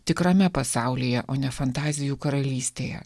tikrame pasaulyje o ne fantazijų karalystėje